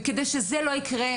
וכדי שזה לא יקרה,